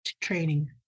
training